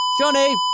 Johnny